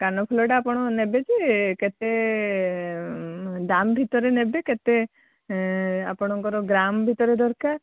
କାନଫୁଲଟା ଆପଣ ନେବେ ଯେ କେତେ ଦାମ ଭିତରେ ନେବେ କେତେ ଆପଣଙ୍କର ଗ୍ରାମ ଭିତରେ ଦରକାର